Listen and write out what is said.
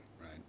right